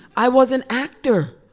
i was an actor.